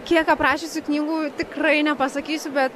kiek aprašiusi knygų tikrai nepasakysiu bet